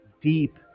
deep